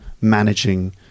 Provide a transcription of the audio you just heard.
managing